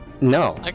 no